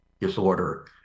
disorder